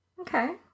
Okay